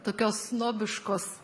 tokios snobiškos